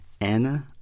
Anna